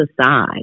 aside